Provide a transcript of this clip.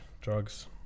Drugs